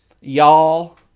Y'all